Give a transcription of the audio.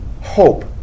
hope